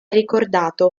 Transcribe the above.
ricordato